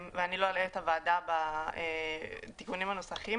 ואני לא אלאה את הוועדה בתיקונים הנוסחיים,